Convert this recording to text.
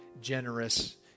generous